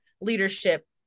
leadership